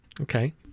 okay